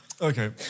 Okay